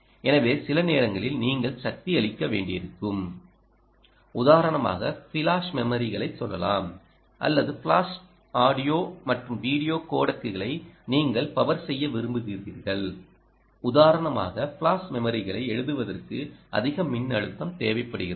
எனவே சில நேரங்களில் நீங்கள் சக்தியளிக்க வேண்டியிருக்கும் உதாரணமாக ஃபிளாஷ் மெமரிகளைச் சொல்லலாம் அல்லது ஃபிளாஷ் ஆடியோ மற்றும் வீடியோ கோடெக்குகளை நீங்கள் பவர் செய்ய விரும்புகிறீர்கள் உதாரணமாக ஃபிளாஷ் மெமரிகளை எழுதுவதற்கு அதிக மின்னழுத்தம் தேவைப்படுகிறது